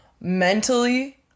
Mentally